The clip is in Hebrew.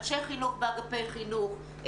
אנשי חינוך באגפי חינוך,